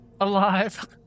alive